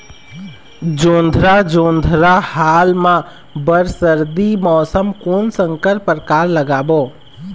जोंधरा जोन्धरा हाल मा बर सर्दी मौसम कोन संकर परकार लगाबो?